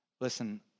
listen